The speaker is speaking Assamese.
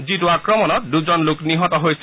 যিটো আক্ৰমণত দুজন লোক নিহত হৈছিল